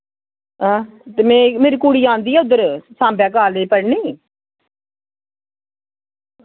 हां ते मेरी कुड़ी आंदी ऐ उद्धर सांबा कालेज पढ़ने ई